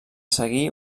seguí